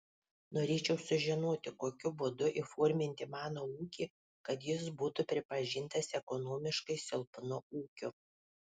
norėčiau sužinoti kokiu būdu įforminti mano ūkį kad jis būtų pripažintas ekonomiškai silpnu ūkiu